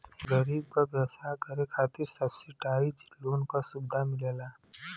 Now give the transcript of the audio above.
गरीब क व्यवसाय करे खातिर सब्सिडाइज लोन क सुविधा मिलला